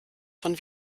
von